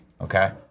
okay